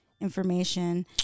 information